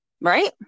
right